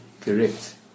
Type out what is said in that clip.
Correct